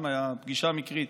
גם הייתה פגישה מקרית.